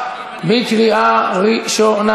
בקריאה ראשונה.